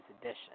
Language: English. edition